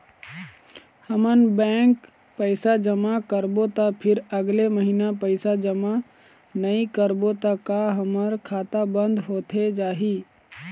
हमन बैंक पैसा जमा करबो ता फिर अगले महीना पैसा जमा नई करबो ता का हमर खाता बंद होथे जाही?